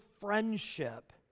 friendship